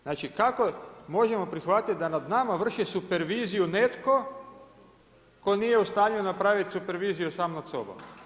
Znači kako možemo prihvatiti da nad nama vrše superviziju netko tko nije u stanju napraviti superviziju sam nad sobom?